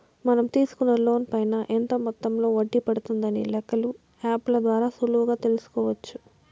మనం తీసుకునే లోన్ పైన ఎంత మొత్తంలో వడ్డీ పడుతుందనే లెక్కలు యాప్ ల ద్వారా సులువుగా తెల్సుకోవచ్చు